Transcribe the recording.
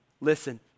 Listen